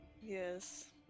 Yes